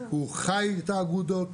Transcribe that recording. הוא חי את האגודות,